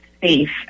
safe